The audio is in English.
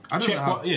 Check